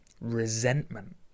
resentment